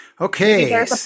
okay